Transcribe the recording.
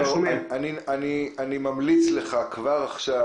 אני ממליץ לך כבר עכשיו,